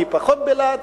מי פחות בלהט,